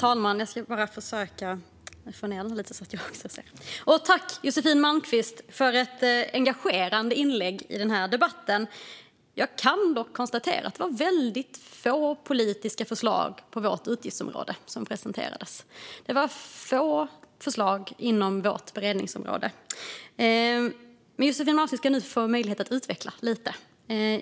Herr talman! Tack, Josefin Malmqvist, för ett engagerande inlägg i den här debatten! Jag kan dock konstatera att det var väldigt få politiska förslag på vårt utgiftsområde som presenterades. Men Josefin Malmqvist ska nu få möjlighet att utveckla det hela lite.